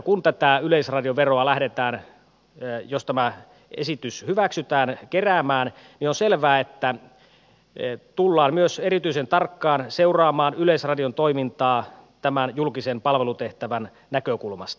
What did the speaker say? kun tätä yleisradioveroa lähdetään keräämään jos tämä esitys hyväksytään niin on selvää että tullaan myös erityisen tarkkaan seuraamaan yleisradion toimintaa tämän julkisen palvelutehtävän näkökulmasta